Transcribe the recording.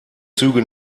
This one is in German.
züge